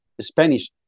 Spanish